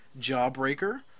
Jawbreaker